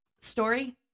Story